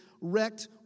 wrecked